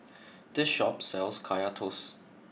this shop sells Kaya Toast